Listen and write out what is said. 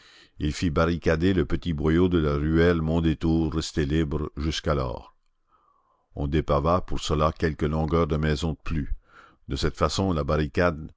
il fit barricader le petit boyau de la ruelle mondétour resté libre jusqu'alors on dépava pour cela quelques longueurs de maisons de plus de cette façon la barricade